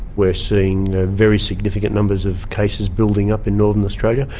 we're seeing very significant numbers of cases building up in northern australia.